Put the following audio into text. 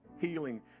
healing